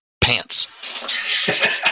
pants